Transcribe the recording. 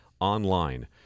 Online